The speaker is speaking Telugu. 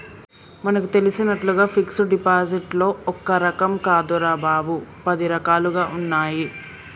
మనకు తెలిసినట్లుగా ఫిక్సడ్ డిపాజిట్లో ఒక్క రకం కాదురా బాబూ, పది రకాలుగా ఉన్నాయి